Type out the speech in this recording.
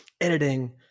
editing